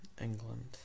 England